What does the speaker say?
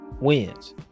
wins